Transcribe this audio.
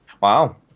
wow